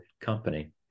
company